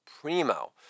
primo